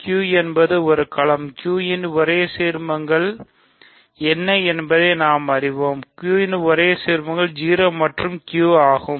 Q என்பது ஒரு களம் Q இன் ஒரே சீர்மங்கள் என்பதை நாம் அறிவோம் Q இன் ஒரே சீர்மங்கள் 0 மற்றும் Q ஆகும்